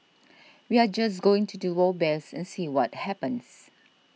we are just going to do our best and see what happens